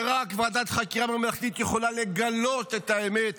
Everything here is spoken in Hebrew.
ורק ועדת חקירה ממלכתית יכולה לגלות את האמת.